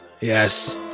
Yes